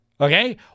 okay